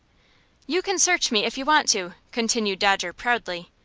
you can search me if you want to, continued dodger, proudly.